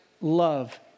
love